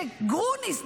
וגרוניס,